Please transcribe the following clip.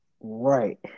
Right